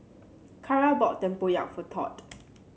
Cara bought tempoyak for Tod